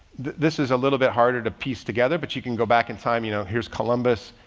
this is a little bit harder to piece together, but you can go back in time, you know, here's columbus,